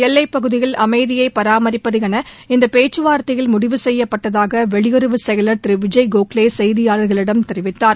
எல்லைப் பகுதியில் அமைதியை பராமிப்பது என இந்த பேச்சுவார்த்தையில் முடிவு செய்யப்பட்டதாக வெளியுறவுச் செயலர் திரு விஜய் கோக்லே செய்தியாளர்களிடம் தெரிவித்தார்